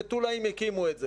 מטולה, הם הקימו את זה.